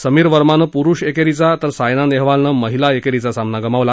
समीर वर्मानं पुरुष एकेरीचा तर सायना नेहवालनं महिला एकेरीचा सामना गमावला